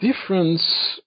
difference